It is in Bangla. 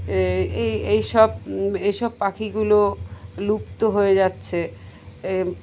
এই এই সব এইসব পাখিগুলো লুপ্ত হয়ে যাচ্ছে